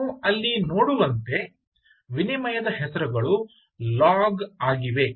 ನೀವು ಅಲ್ಲಿ ನೋಡುವಂತೆ ವಿನಿಮಯದ ಹೆಸರುಗಳು ಲಾಗ್ ಆಗಿವೆ